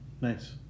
Nice